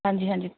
ਹਾਂਜੀ ਹਾਂਜੀ